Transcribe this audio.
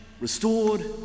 restored